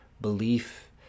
belief